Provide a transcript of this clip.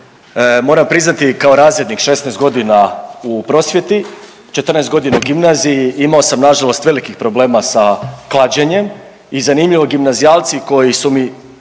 moram priznati kao razrednik 16 godina u prosvjeti, 14 godina u gimnaziji imao sam nažalost velikih problema sa klađenjem. I zanimljivo gimnazijalci koji su mi